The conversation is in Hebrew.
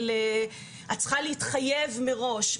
את צריכה להתחייב מראש.